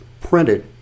printed